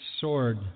sword